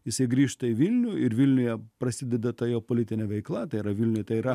jisai grįžta į vilnių ir vilniuje prasideda ta jo politinė veikla tai yra vilniuj tai yra